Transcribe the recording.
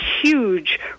huge